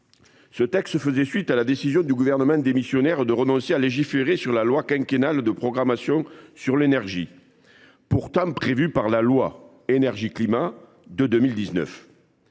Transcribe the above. Ce texte faisait suite à la décision du gouvernement démissionnaire de renoncer à légiférer sur la loi quinquennale de programmation sur l’énergie, pourtant prévue par la loi Énergie climat de 2019.